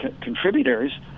contributors